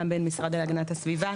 גם בין משרדי הגנת הסביבה,